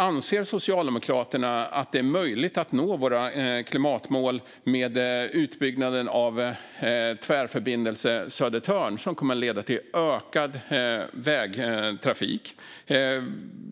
Anser Socialdemokraterna att det är möjligt att nå våra klimatmål med utbyggnaden av Tvärförbindelse Södertörn, som kommer att leda till ökad vägtrafik?